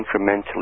incrementally